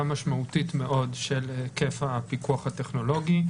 משמעותית מאוד של היקף הפיקוח הטכנולוגי,